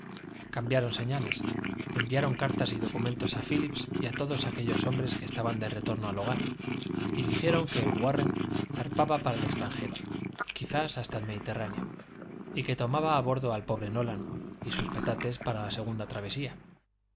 cambiaron señales enviaron cartas y documentos a phillips y a todos aquellos hombres que estaban de retorno al hogar y dijeron que el warren zarpaba para el extranjero quizás hasta el mediterráneo y que tomaba a bordo al pobre nolan y sus petates para la segunda travesía